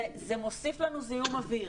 זה מוסיף לנו זיהום אוויר,